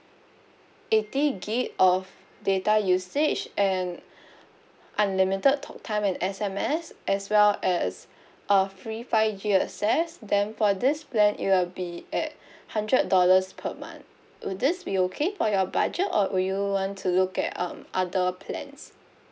eighty gig of data usage and unlimited talk time and S_M_S as well as a free five G access then for this plan it will be at hundred dollars per month will this be okay for your budget or would you want to look at um other plans